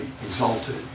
exalted